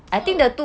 so